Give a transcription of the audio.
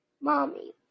Mommy